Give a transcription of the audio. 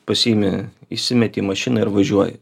pasiimi įsimeti į mašiną ir važiuoji